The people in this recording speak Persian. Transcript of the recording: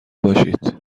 باشید